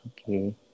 Okay